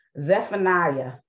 Zephaniah